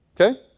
Okay